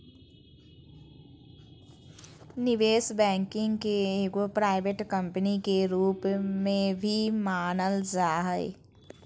निवेश बैंकिंग के एगो प्राइवेट कम्पनी के रूप में भी मानल जा हय